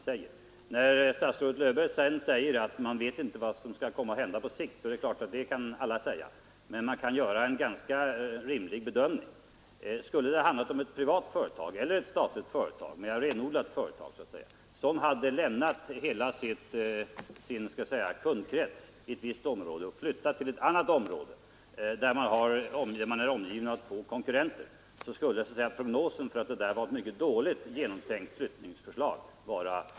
Statsrådet Löfberg säger att man inte vet vad som kommer att hända på sikt och det är klart att så kan alla säga, men man kan ju göra en bedömning. Skulle ett privat eller ett statligt företag lämna en upparbetad kundkrets i ett visst område och flytta till ett annat område där man är omgiven av två konkurrenter skulle nog detta på goda grunder anses som en dåligt genomtänkt politik.